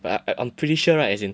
but I'm pretty sure right as in